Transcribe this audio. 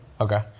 Okay